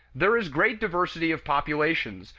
there is great diversity of populations,